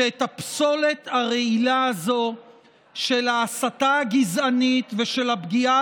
שאת הפסולת הרעילה הזאת של ההסתה הגזענית ושל הפגיעה